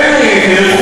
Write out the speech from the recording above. בין היתר,